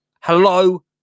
Hello